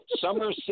Summer